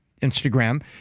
Instagram